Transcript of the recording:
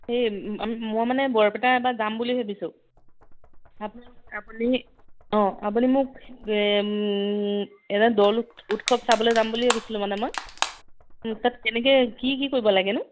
সেই মই মানে বৰপেটা এবাৰ যাম বুলি ভাবিছো আপ আপুনি অঁ আপুনি মোক এটা দৌল উৎ উৎসৱ চাবলৈ যাম বুলি ভাবিছিলো মানে মই তাত কেনেকৈ কি কি কৰিব লাগেনো